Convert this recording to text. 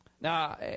Now